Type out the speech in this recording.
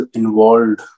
involved